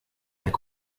herr